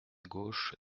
gauche